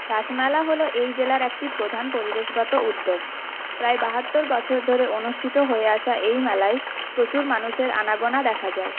রাসমেলা হল এই জেলার একটি প্রধান পরিবেশগত উদ্যোগ প্রায় বাহাত্তর বছর ধরে অনুষ্ঠিত হয়ে আসা এই মেলায় প্রচুর মানুষের আনাগোনা দেখা যায়